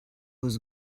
was